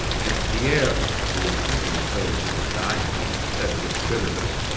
and pierre, who was thinking of those who were dying, said with bitterness